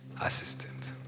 assistant